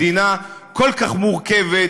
מדינה כל כך מורכבת,